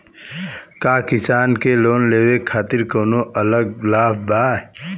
का किसान के लोन लेवे खातिर कौनो अलग लाभ बा?